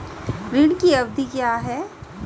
ऋण की अवधि क्या है?